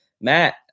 Matt